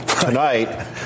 Tonight